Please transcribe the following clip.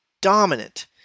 Dominant